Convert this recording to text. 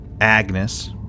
Agnes